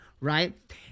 right